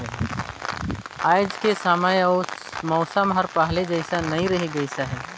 आयज के समे अउ मउसम हर पहिले जइसन नइ रही गइस हे